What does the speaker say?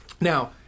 now